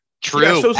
True